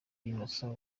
innocent